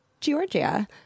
Georgia